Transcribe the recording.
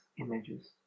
images